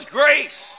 grace